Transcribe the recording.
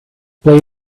play